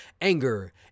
Anger